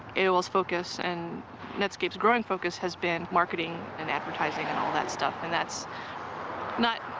aol's focus and netscape's growing focus has been marketing and advertising, all that stuff, and that's not